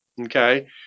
Okay